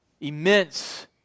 immense